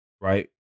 right